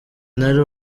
nari